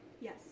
Yes